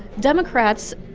democrats,